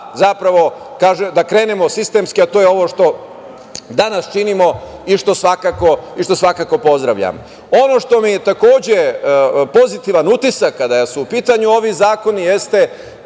odlučnost da krenemo sistemski, a to je ovo što danas činimo i što svakako pozdravljam. Ono što mi je takođe pozitivan utisak kada su u pitanju ovi zakoni jeste